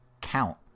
count